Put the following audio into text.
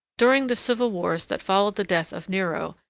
during the civil wars that followed the death of nero,